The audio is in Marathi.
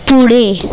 पुढे